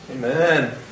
Amen